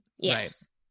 Yes